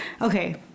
Okay